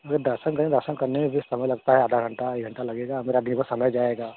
अरे दर्शन करने में दर्शन करने में भी समय लगता है आधा घंटा एक घंटा लगेगा अब मेरा देखो समय जाएगा